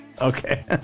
okay